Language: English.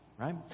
right